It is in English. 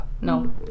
No